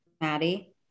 Maddie